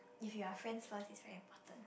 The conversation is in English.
if you are friends first is very important